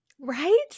Right